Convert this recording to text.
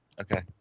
Okay